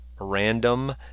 random